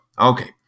okay